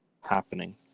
happening